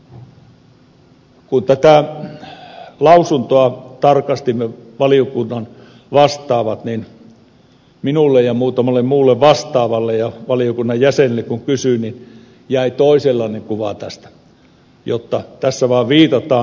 kun tätä lausuntoa tarkastimme me valiokunnan vastaavat niin minulle ja muutamalle muulle vastaavalle valiokunnan jäsenelle kun kysyin jäi toisenlainen kuva tästä jotta tässä vaan viitataan näiden asiantuntijoitten lausuntoihin